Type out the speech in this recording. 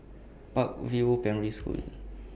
Park View Primary School